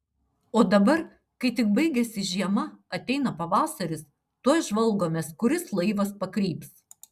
o dabar kai tik baigiasi žiema ateina pavasaris tuoj žvalgomės kuris laivas pakryps